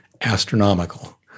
astronomical